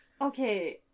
Okay